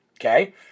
okay